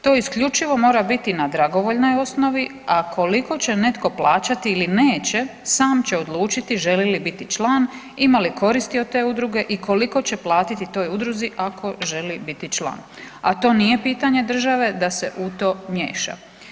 To isključivo mora biti na dragovoljnoj osnovi, a koliko će netko plaćati ili neće sam će odlučiti želi li biti član, ima li koristi od te udruge i koliko će platiti toj udruzi ako želi biti član, a to nije pitanje države da se u to miješa.